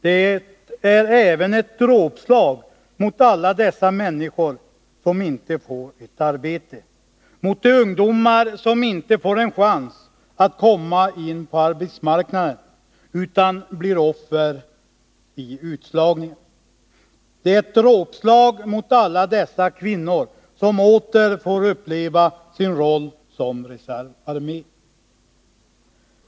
Den dåliga ekonomin innebär även ett dråpslag mot alla dessa människor som inte får ett arbete, mot de ungdomar som inte får en chans att komma in på arbetsmarknaden utan blir offer i utslagningen. Den är ett dråpslag mot alla de kvinnor som åter får uppleva sin roll som reservarmé.